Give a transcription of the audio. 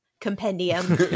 compendium